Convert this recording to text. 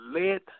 let